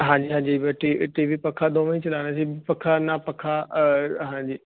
ਹਾਂਜੀ ਹਾਂਜੀ ਬੇਟੇ ਟੀਵੀ ਪੱਖਾ ਦੋਵੇਂ ਹੀ ਚਲਾਣੇ ਸੀ ਪੱਖਾ ਨਾ ਪੱਖਾ ਹਾਂਜੀ